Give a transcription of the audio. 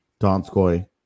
Donskoy